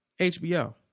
HBO